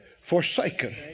forsaken